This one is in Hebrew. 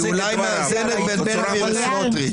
אולי מאזנת בין בן גביר לסמוטריץ',